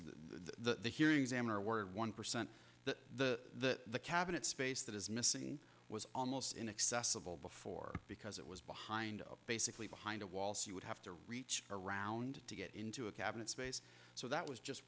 the hearings am or were one percent the cabinet space that is missing was almost inaccessible before because it was behind basically behind a wall so you would have to reach around to get into a cabinet space so that was just